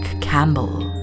Campbell